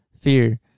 fear